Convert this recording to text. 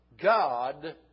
God